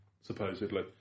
supposedly